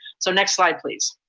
so next slide please.